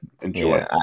enjoy